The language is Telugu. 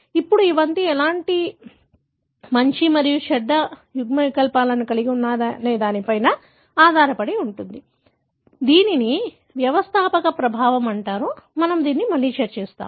ఇప్పుడు ఇవన్నీ ఎలాంటి మంచి మరియు చెడు యుగ్మవికల్పాలను కలిగి ఉన్నాయనే దానిపై ఆధారపడి ఉంటుంది దీనిని వ్యవస్థాపక ప్రభావం అంటారు మనము మళ్ళీ చర్చిస్తాము